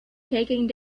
taking